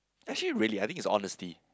actually really I think is honesty